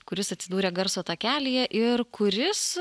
kuris atsidūrė garso takelyje ir kuris